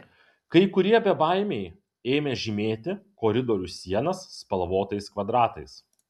kai kurie bebaimiai ėmė žymėti koridorių sienas spalvotais kvadratais